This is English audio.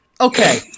Okay